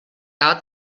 out